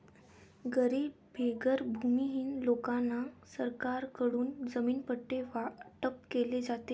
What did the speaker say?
गरीब बेघर भूमिहीन लोकांना सरकारकडून जमीन पट्टे वाटप केले जाते